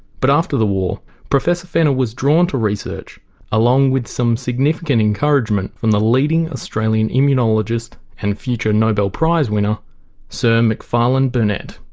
but after the war professor fenner was drawn to research along with some significant encouragement from the leading australian immunologist and future nobel prize winner sir macfarlane burnet.